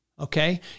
Okay